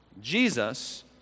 Jesus